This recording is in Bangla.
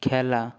খেলা